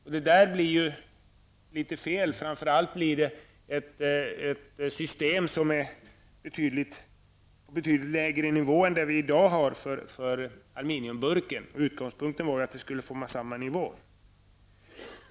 Detta skulle bli litet fel, och framför allt skulle det innebära ett system på betydligt lägre nivå än det som vi i dag har för aluminiumburken. Utgångspunkten var ju att systemen skulle ligga på samma nivå.